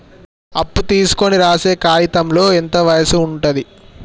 అప్పు తీసుకోనికి రాసే కాయితంలో ఎంత వయసు ఉంటది?